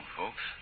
folks